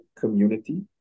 community